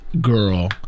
girl